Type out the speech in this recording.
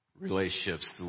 relationships